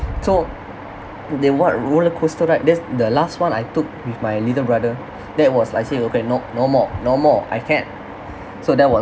so they what roller coaster right that's the last one I took with my little brother that was I say okay nope no more no more I can't so that was